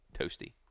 toasty